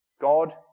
God